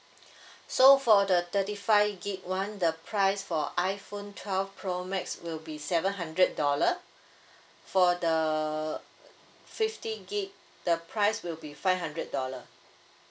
so for the thirty five gig [one] the price for iPhone twelve pro max will be seven hundred dollar for the fifty gig the price will be five hundred dollar